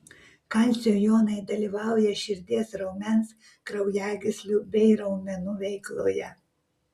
kalcio jonai dalyvauja širdies raumens kraujagyslių bei raumenų veikloje